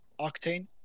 Octane